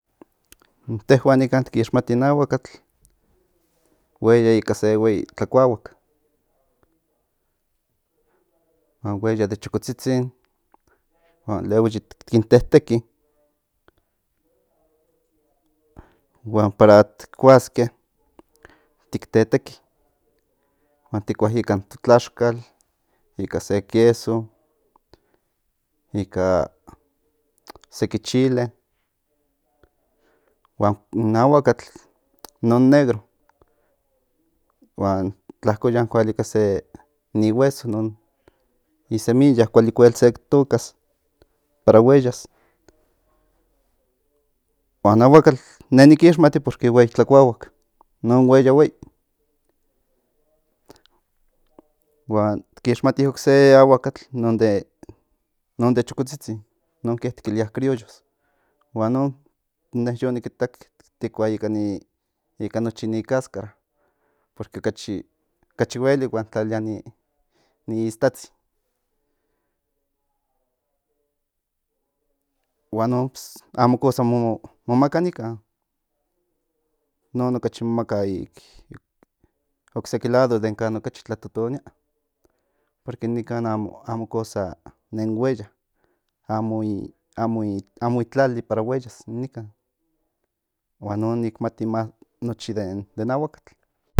In tehuan nikan tik kixmati in ahuakatl hueya ika se hui tlakuahuak huan hueya de chokotzitzin huan luego yit kin teteki huan parat kuaske tik teteki huan tikua ika in to tlaxkal ika se queso ika seki chile huan ahuakatl inkon negro huan tlakoyan kualika se ni hueso non i semilla kuali okuel sek tokas para hueyas huan ahuakatl ne niki ixmati porque hui tlakuahuak inon hueya huei huan tik ixmati okse ahuakatl inkon de chokotzitzin inonke tik kilia criollo huan inon in ne yo nik itak tikua ika nochi in ni cáscara porque okachi huelik huan tik tlalilia in iistatzin huan inon amo cosa mo maka nikan inon okachi mo maka kan okseki lado kan okachi tlatotonia porque innikan amo cosa nen hueya amo ibtlali para hueyas in nikan huan inon nik mati nochi den ahuakatl